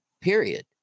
period